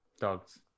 dogs